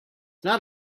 not